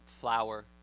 Flour